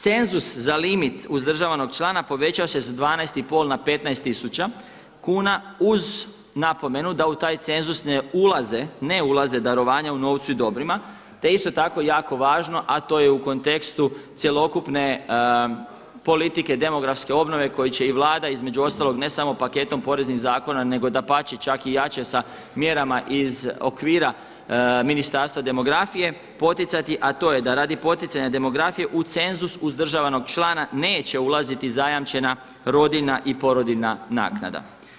Cenzus za limit uzdržavanog člana povećava se sa 12,5 na 15 tisuća kuna uz napomenu da u taj cenzus ne ulaze darovanja u novcu i dobrima, te isto tako jako važno, a to je u kontekstu cjelokupne politike demografske obnove koji će i Vlada između ostalog ne samo paketom poreznih zakona nego dapače čak i jače sa mjerama iz okvira Ministarstva demografije poticati, a to je da radi poticanja demografije u cenzus uzdržavanog člana neće ulaziti zajamčena rodilja i porodiljna naknada.